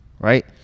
right